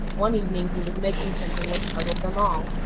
one evening he was making something which puzzled them all.